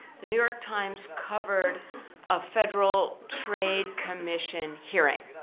the new york times covered a federal trade commission hearing